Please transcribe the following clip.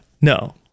No